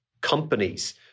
companies